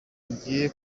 yongeye